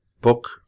Book